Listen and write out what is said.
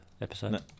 episode